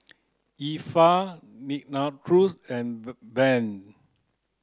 Effa Nicklaus and Bev